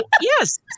yes